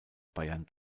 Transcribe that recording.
bayern